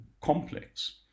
complex